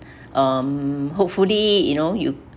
um hopefully you know you